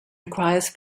requires